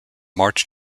march